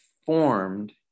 formed